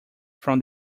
from